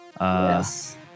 Yes